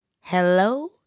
hello